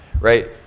right